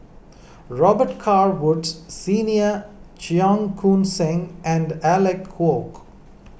Robet Carr Woods Senior Cheong Koon Seng and Alec Kuok